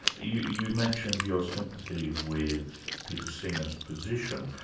you you mentioned your sympathy with peter singer's position.